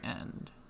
end